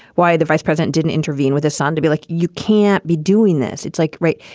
why the vice president didn't intervene with his son to be like, you can't be doing this. it's like rape.